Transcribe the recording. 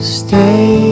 stay